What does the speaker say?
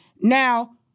now